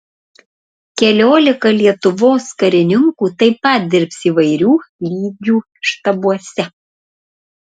keliolika lietuvos karininkų taip pat dirbs įvairių lygių štabuose